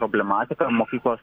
problematika mokyklos